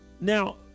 now